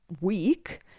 week